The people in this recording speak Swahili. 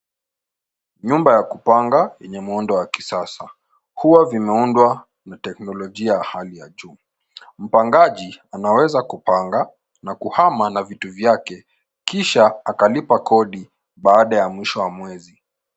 Nyumba ya kupanga yenye muundo wa kisasa. Huwa vimeundwa na teknolojia ya hali ya juu. Mpangaji anaweza kupanga na kuhama na vitu vyake kisha akalipa kodi baada ya mwisho wa mwezi.